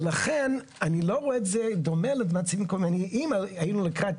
לכן אני לא רואה את זה דומה, אם היינו לקראת